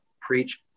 preach